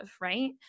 Right